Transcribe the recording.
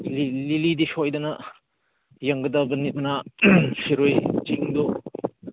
ꯂꯤꯂꯤꯗꯤ ꯁꯣꯏꯗꯅ ꯌꯦꯡꯒꯗꯕꯅꯤ ꯑꯗꯨꯅ ꯁꯤꯔꯣꯏ ꯆꯤꯡꯗꯨ